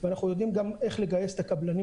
ואנחנו יודעים גם איך לגייס את הקבלנים